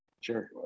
sure